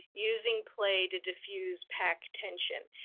using play to diffuse pack tension.